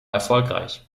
erfolgreich